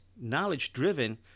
knowledge-driven